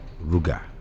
ruga